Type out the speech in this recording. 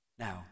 Now